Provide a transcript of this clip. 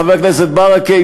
חבר הכנסת ברכה,